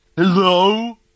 Hello